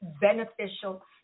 beneficial